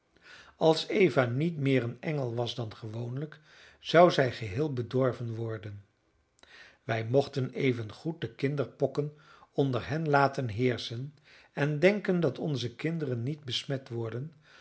als eva niet meer een engel was dan gewoonlijk zou zij geheel bedorven worden wij mochten evengoed de kinderpokken onder hen laten heerschen en denken dat onze kinderen niet besmet worden